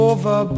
Over